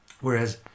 Whereas